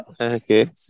Okay